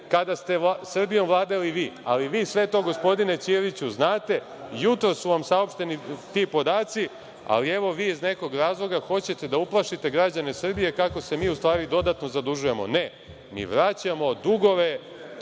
kada ste Srbijom vladali vi, ali vi sve to, gospodine Ćiriću, znate. Jutros su vam saopšteni ti podaci, ali, evo, vi iz nekog razloga hoćete da uplašite građane Srbije kako se mi u stvari dodatno zadužujemo. Ne. Mi vraćamo dugove